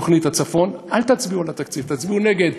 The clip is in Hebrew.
תוכנית הצפון, אל תצביעו על התקציב, תצביעו נגד.